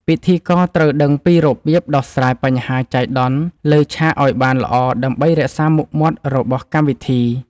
ពិធីករត្រូវដឹងពីរបៀបដោះស្រាយបញ្ហាចៃដន្យលើឆាកឱ្យបានល្អដើម្បីរក្សាមុខមាត់របស់កម្មវិធី។